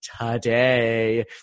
today